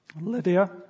Lydia